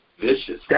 Vicious